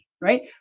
right